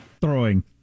throwing